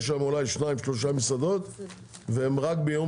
יש שם אולי שתיים-שלוש מסעדות,